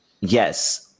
Yes